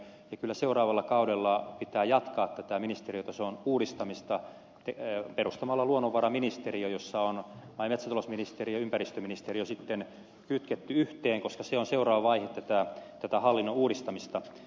kyllä seuraavalla kaudella pitää jatkaa tätä ministeriötason uudistamista perustamalla luonnonvaraministeriö jossa on maa ja metsätalousministeriö ja ympäristöministeriö kytketty yhteen koska se on seuraava vaihe tätä hallinnon uudistamista